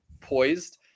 poised